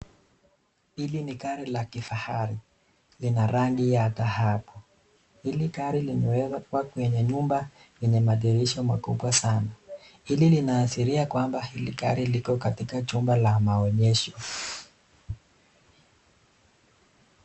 Hili ni gari la kifahari, lina rangi ya dhahabu. Hili gari limeweza kuwa kwenye nyumba yenye madirisha makubwa sana. Hili linaashiria kwamba hili gari liko katika chumba cha maonyesho.